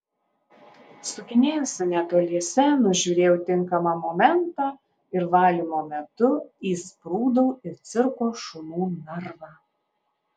sukinėjausi netoliese nužiūrėjau tinkamą momentą ir valymo metu įsprūdau į cirko šunų narvą